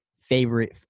favorite